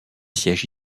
sièges